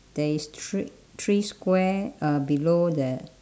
there is thre~ three square uh below that